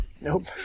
Nope